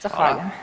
Zahvaljujem.